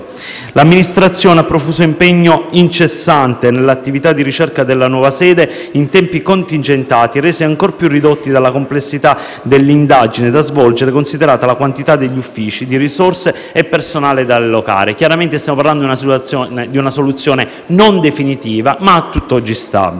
L'Amministrazione ha profuso un impegno incessante nell'attività di ricerca della nuova sede in tempi contingentati, resi ancor più ridotti dalla complessità dell'indagine da svolgere, considerata la quantità degli uffici, di risorse e di personale da allocare. Chiaramente stiamo parlando di una soluzione non definitiva, ma a tutt'oggi stabile.